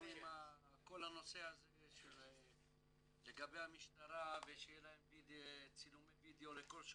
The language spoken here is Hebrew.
גם עם כל הנושא הזה לגבי המשטרה ושיהיה להם צילומי וידאו לכל שוטר,